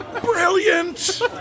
Brilliant